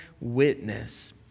witness